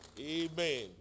Amen